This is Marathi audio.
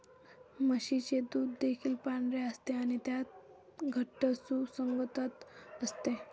म्हशीचे दूध देखील पांढरे असते आणि त्यात घट्ट सुसंगतता असते